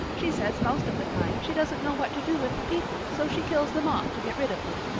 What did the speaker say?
she says most of the time she doesn't know what to do with the people so she kills them off to get rid of them.